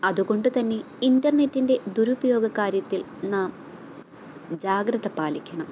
അതുകൊണ്ട് തന്നെ ഇൻറ്റർനെറ്റിൻ്റെ ദുരുപയോഗ കാര്യത്തിൽ നാം ജാഗ്രത പാലിക്കണം